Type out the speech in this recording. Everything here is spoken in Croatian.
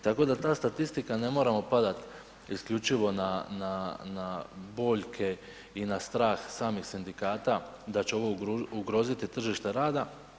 Tako da ta statistika ne moramo padat isključivo na boljke i na strah samih sindikata da će ovo ugroziti tržište rada.